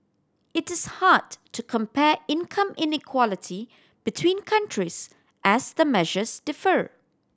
it is hard to compare income inequality between countries as the measures differ